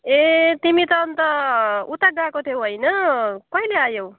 ए तिमी त अन्त उता गएको थियौँ होइन कहिले आयौँ